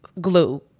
glue